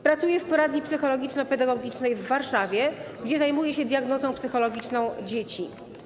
Pracuje w poradni psychologiczno-pedagogicznej w Warszawie, gdzie zajmuje się diagnozą psychologiczną dzieci.